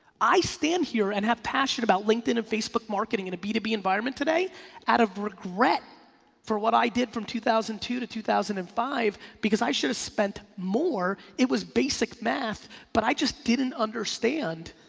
i stand here and have passion about linkedin and facebook marketing and b to b environment today out of regret for what i did from two thousand and two to two thousand and five because i should've spent more, it was basic math but i just didn't understand.